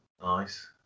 Nice